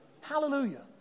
Hallelujah